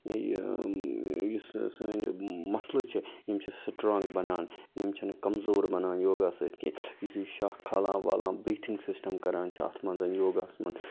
یُس یہِ سٲنۍ مَسٕلز چھِ یِم چھِ سِٹرانٛگ بَنان یِم چھِ نہٕ کَمزور بَنان یوٚگا سۭتۍ کیٚنٛہہ یُس یہِ شاہ کھالان والان بِریٖتھِنٛگ سِسٹَم کَران چھِ اَتھ مَنٛز یوّگاہَس مَنٛز